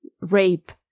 rape